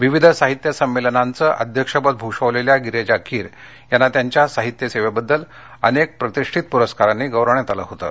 विविध साहित्य संमेलनांचं अध्यक्षपद भूषवलेल्या गिरीजा कीर यांना त्यांच्या साहित्य सेवेबद्दल अनेक प्रतिष्ठित पुरस्कारांनी गौरवण्यात आलं होतं